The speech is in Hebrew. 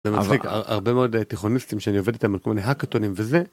זה מצחיק הרבה מאוד תיכוניסטים שאני עובד איתם כמו בהאקתונים וזה.